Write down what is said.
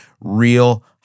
real